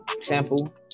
sample